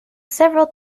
several